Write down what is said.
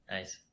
Nice